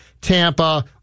Tampa